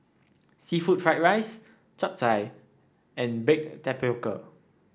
seafood Fried Rice Chap Chai and Baked Tapioca